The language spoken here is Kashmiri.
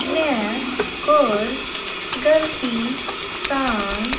مےٚ کوٚر غلطی سان